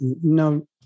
No